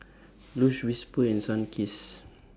Lush Whisper and Sunkist